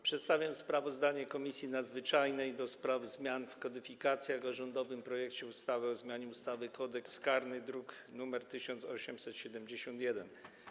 Przedstawiam sprawozdanie Komisji Nadzwyczajnej do spraw zmian w kodyfikacjach o rządowym projekcie ustawy o zmianie ustawy Kodeks karny, druk nr 1871.